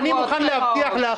אני מוכן להבטיח לך,